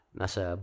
nasa